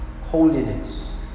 holiness